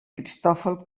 cristòfol